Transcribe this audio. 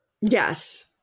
Yes